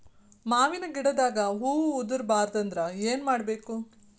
ಮಾವಿನ ಗಿಡದಾಗ ಹೂವು ಉದುರು ಬಾರದಂದ್ರ ಏನು ಮಾಡಬೇಕು?